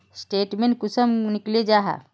Statement कुंसम निकले जाहा?